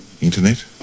Internet